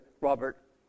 Robert